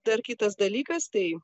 dar kitas dalykas tai